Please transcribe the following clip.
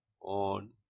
on